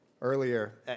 earlier